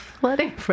Flooding